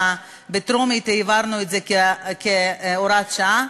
בטרומית העברנו את זה כהוראת שעה.